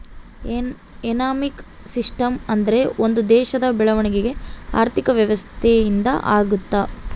economic system ಅಂದ್ರೆ ಒಂದ್ ದೇಶದ ಬೆಳವಣಿಗೆ ಆರ್ಥಿಕ ವ್ಯವಸ್ಥೆ ಇಂದ ಆಗುತ್ತ